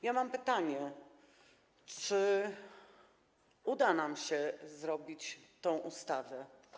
Ja mam pytanie: Czy uda nam się stworzyć tę ustawę?